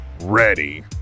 ready